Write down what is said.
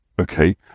Okay